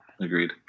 Agreed